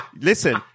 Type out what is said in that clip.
Listen